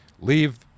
leave